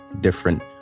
different